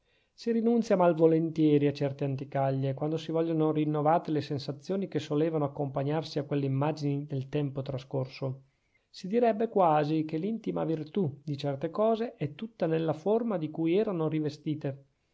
si rinunzia mal volentieri a certe anticaglie quando si vogliono rinnovate le sensazioni che solevano accompagnarsi a quelle immagini del tempo trascorso si direbbe quasi che l'intima virtù di certe cose è tutta nella forma di cui erano rivestite